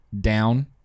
down